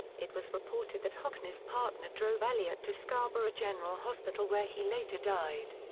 it was reported that hockney's partner drove elliott to scarborough general hospital where he later died.